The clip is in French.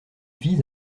vise